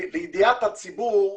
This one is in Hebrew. לידיעת הציבור,